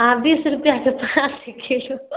अहाँ बीस रुपैआके पाँच किलो